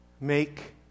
make